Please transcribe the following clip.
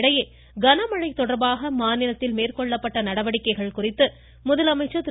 இதனிடையே கனமழை தொடர்பாக மாநிலத்தில் மேற்கொள்ளப்பட்ட நடவடிக்கைகள் குறித்து முதலமைச்சர் திரு